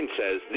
says